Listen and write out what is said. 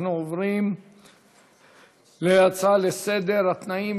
נעבור להצעות לסדר-היום בנושא: התנאים